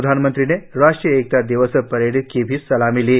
प्रधानमंत्री ने राष्ट्रीय एकता दिवस परेड की भी सलामी ली